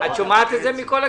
את שומעת את זה מכל הכיוונים.